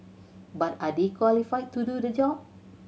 but are they qualified to do the job